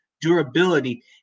durability